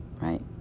Right